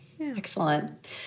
Excellent